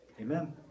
amen